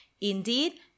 indeed